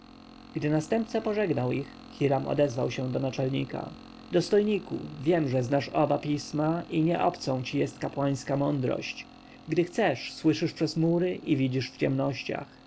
gdy następca pożegnał ich hiram odezwał się do naczelnika dostojniku wiem że znasz oba pisma i nie obcą ci jest kapłańska mądrość gdy chcesz słyszysz przez mury i widzisz w ciemnościach